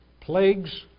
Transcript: plagues